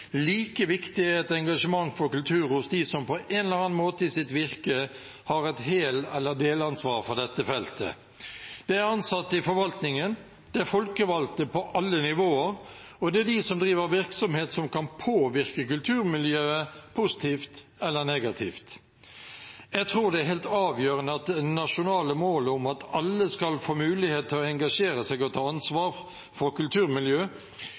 Like viktig er et engasjement for kultur hos dem som på en eller annen måte i sitt virke har et hel- eller delansvar for dette feltet. Det er ansatte i forvaltningen, det er folkevalgte på alle nivåer, og det er de som driver virksomhet som kan påvirke kulturmiljøet positivt eller negativt. Jeg tror det er helt avgjørende at det nasjonale målet om at alle skal få mulighet til å engasjere seg og ta ansvar for kulturmiljøet,